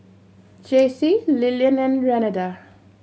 Jacey Lilian and Renada